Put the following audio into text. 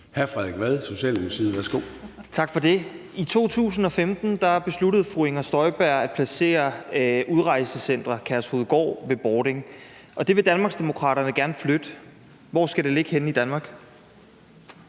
13:39 Frederik Vad (S): Tak for det. I 2015 besluttede fru Inger Støjberg at placere Udrejsecenter Kærshovedgård ved Bording, og det vil Danmarksdemokraterne gerne flytte. Hvor skal det ligge henne i Danmark?